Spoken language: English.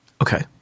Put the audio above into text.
Okay